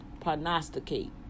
prognosticate